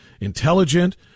intelligent